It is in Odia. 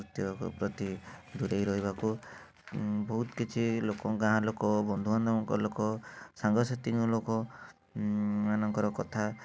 ନୃତ୍ୟଙ୍କ ପ୍ରତି ଦୂରେଇ ରହିବାକୁ ବହୁତ କିଛି ଗାଁ ଲୋକ ବନ୍ଧୁବାନ୍ଧବଙ୍କ ଲୋକ ସାଙ୍ଗସାଥୀଙ୍କ ଲୋକ ମାନଙ୍କର କଥା